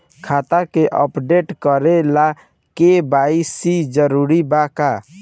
खाता के अपडेट करे ला के.वाइ.सी जरूरी बा का?